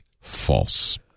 false